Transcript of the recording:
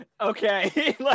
okay